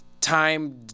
time